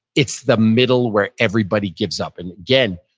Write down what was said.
it's the middle where everybody gives up. and again,